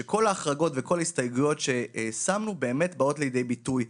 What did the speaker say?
שכל ההחרגות וכל ההסתייגויות ששמנו באמת באות לידי ביטוי.